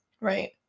Right